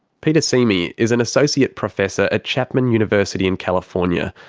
peter simi is an associate professor at chapman university in california,